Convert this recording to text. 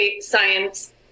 science